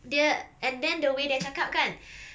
dia and then the way dia cakap kan